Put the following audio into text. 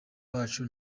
bacu